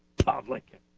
public and